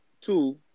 Two